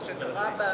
מה שקרה בעבר,